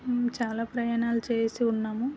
చాలా ప్రయాణాలు చేసి ఉన్నాము